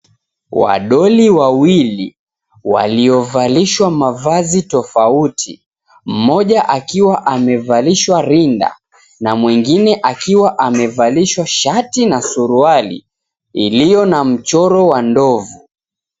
Wadoli wawili waliovalishwa mavazi tofauti, moja akiwa amevalishwa rinda na mwingine akiwa amevalishwa shati na suruali iliyo na mchoro wa ndovu.